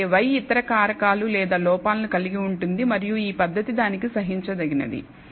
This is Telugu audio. అయితే y ఇతర కారకాలు లేదా లోపాలను కలిగి ఉంటుంది మరియు ఈ పద్ధతి దానికి సహించ దగినది